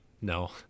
No